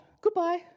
Goodbye